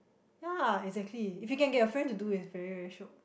ya exactly if you can get your friends to do it it's very very shiok